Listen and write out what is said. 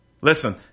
Listen